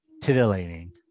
titillating